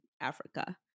Africa